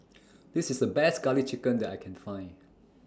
This IS A Best Garlic Chicken that I Can Find